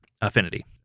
Affinity